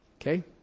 Okay